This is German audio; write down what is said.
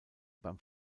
beim